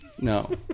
No